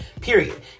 period